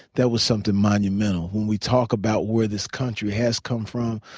that was something monumental. when we talk about where this country has come from,